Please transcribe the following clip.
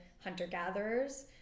hunter-gatherers